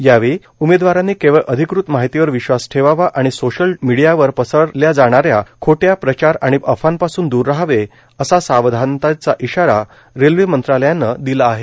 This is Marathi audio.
यावेळी उमेदवारांनी केवळ अधिकृत माहितीवर विश्वास ठेवावा आणि सोशल मीडियावर पसरल्या जाणाऱ्या खोट्या प्रचार आणि अफवांपासून दूर राहावे असा सावधानतेचा इशारा रेल्वे मंतरलायन दिला आहे